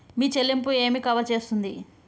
మీ చెల్లింపు ఏమి కవర్ చేస్తుంది?